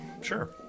sure